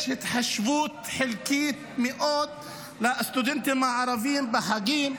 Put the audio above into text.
יש התחשבות חלקית מאוד בסטודנטים הערבים בחגים,